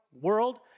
world